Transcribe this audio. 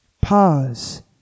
Pause